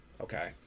okay